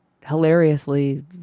hilariously